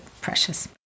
precious